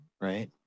right